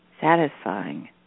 satisfying